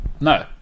No